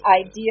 idea